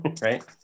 right